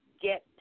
get